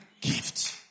gift